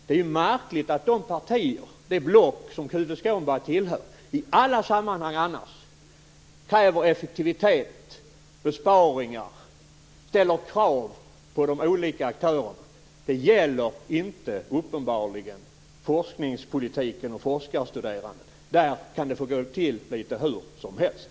Det är märkligt att det partier och det block som Tuve Skånberg tillhör i alla andra sammanhang kräver effektivitet och besparingar, och ställer krav på de olika aktörerna. Uppenbarligen gäller inte detta för forskningspolitiken och forskarstuderande. Där kan det få gå till litet hur som helst.